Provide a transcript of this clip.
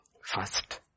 First